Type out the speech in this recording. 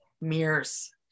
mirrors